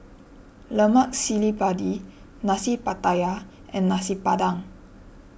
Lemak Cili Padi Nasi Pattaya and Nasi Padang